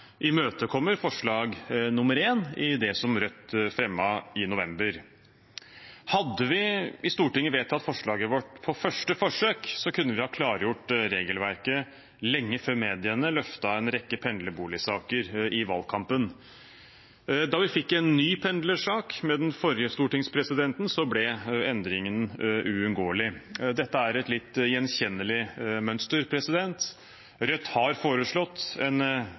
imøtekommer forslag nr. 1, som Rødt fremmet i november. Hadde vi i Stortinget vedtatt forslaget vårt på første forsøk, kunne vi ha klargjort regelverket lenge før mediene løftet en rekke pendlerboligsaker i valgkampen. Da vi fikk en ny pendlersak med den forrige stortingspresidenten, ble endringen uunngåelig. Dette er et litt gjenkjennelig mønster. Rødt har foreslått innstramninger i en rekke av frynsegodene for stortingsrepresentantene, noe de etablerte partiene ganske gjennomgående finner en